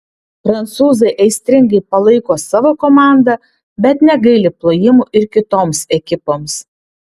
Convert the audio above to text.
prancūzai aistringai palaiko savo komandą bet negaili plojimų ir kitoms ekipoms